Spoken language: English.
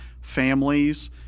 families